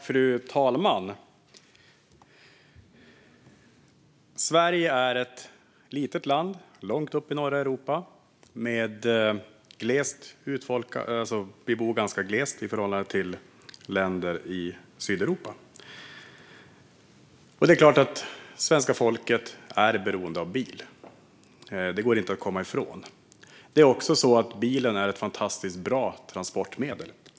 Fru talman! Sverige är ett litet land långt uppe i norra Europa. Vi bor ganska glest i förhållande till länder i Sydeuropa. Det är klart att svenska folket är beroende av bil. Det går inte att komma ifrån. Det är också så att bilen är ett fantastiskt bra transportmedel.